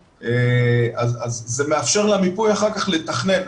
אז זה מאפשר למיפוי אחר כך לתכנן.